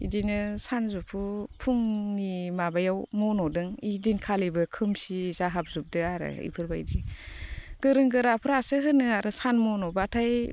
बिदिनो सानजौफु फुंनि माबायाव मन'दों बेदिनखालिबो खोमसि जाहाबजोबदों आरोबेफोरबायदि गोरों गोराफ्रासो होनो आरो सान मन'बाथाय